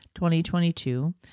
2022